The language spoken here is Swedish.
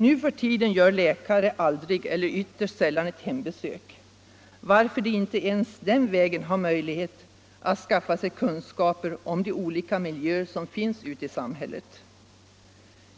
Nu för tiden gör läkare aldrig eller ytterst sällan hembesök, varför de inte ens den vägen har möjlighet att skaffa sig kunskaper om de olika miljöer som finns ute i samhället.